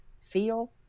feel